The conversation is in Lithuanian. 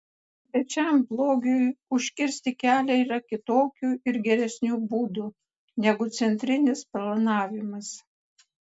bet šiam blogiui užkirsti kelią yra kitokių ir geresnių būdų negu centrinis planavimas